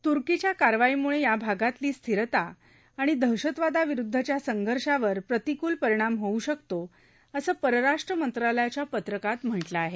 तुर्कीच्या कारवाईमुळे याभागातली स्थिरता आणि दहशतवादाविरुद्धच्या संघर्षावर प्रतिकूल परिणाम होऊ शकतोअसं परराष्ट्र मंत्रालयाच्या पत्रकात म्हटलं आहे